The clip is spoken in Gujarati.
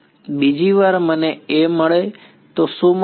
બીજી વાર મને A મળે તો શું મળે છે